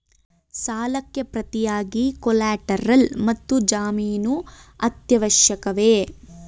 ಸಾಲಕ್ಕೆ ಪ್ರತಿಯಾಗಿ ಕೊಲ್ಯಾಟರಲ್ ಮತ್ತು ಜಾಮೀನು ಅತ್ಯವಶ್ಯಕವೇ?